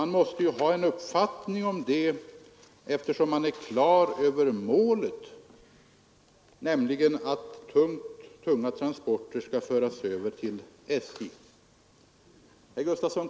Ni måste ju ha en uppfattning om det, eftersom ni är på det klara med målet — att tunga transporter skall föras över till SJ.